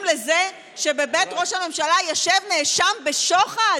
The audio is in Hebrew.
לזה שבבית ראש הממשלה ישב נאשם בשוחד?